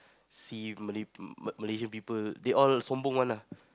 see Malay Malaysian people they all one ah